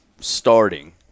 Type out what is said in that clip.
starting –